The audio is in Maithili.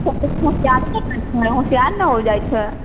होशियार ने हो जाइ छै